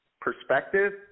perspective